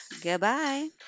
Goodbye